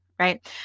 right